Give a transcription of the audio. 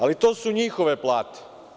Ali, to su njihove plate.